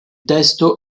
testo